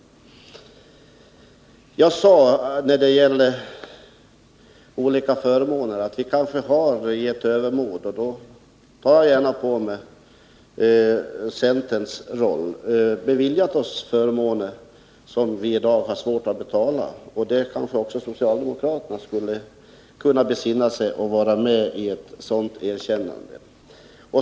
Beträffande olika förmåner sade jag att vi kanske i övermod beviljat oss förmåner som vi i dag har svårt att betala, och här erkänner jag gärna centerns roll. Socialdemokraterna skulle kanske också kunna besinna sig och göra ett sådant erkännande.